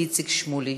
איציק שמולי,